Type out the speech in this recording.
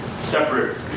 separate